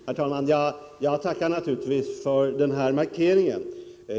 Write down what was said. Herr talman! Jag tackar naturligtvis för denna markering.